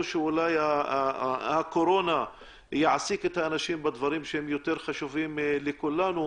שאולי הקורונה תעסיק את האנשים בדברים שיותר חשובים לכולם,